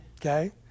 Okay